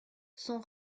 son